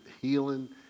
healing